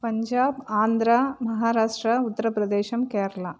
பஞ்சாப் ஆந்திரா மகாராஷ்ட்ரா உத்திர பிரதேஷம் கேரளா